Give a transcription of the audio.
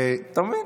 אתה מבין?